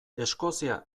eskozia